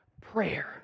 prayer